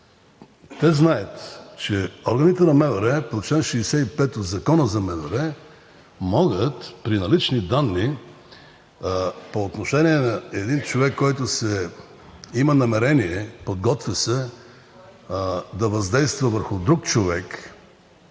Те знаят, че органите на МВР по чл. 65 от Закона за МВР могат при налични данни по отношение на един човек, който има намерение, подготвя се да въздейства върху друг човек,